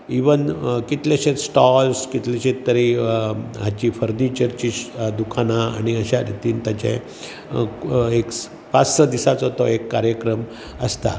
even कितलेशेंच stalls कितलेशेंच तरी हाचीं फर्निचर्चीं दुकानां आनी अश्या रितीन ताचें पांच स दिसाचो तो कार्यक्रम आसता